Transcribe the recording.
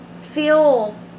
feel